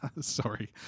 Sorry